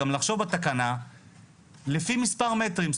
גם לחשוב על תקנה לפי מספר מטרים,